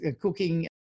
cooking